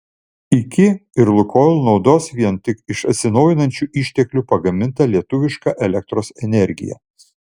iki ir lukoil naudos vien tik iš atsinaujinančių išteklių pagamintą lietuvišką elektros energiją